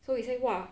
so we say !wah!